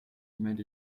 made